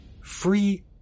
free